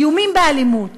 איומים באלימות,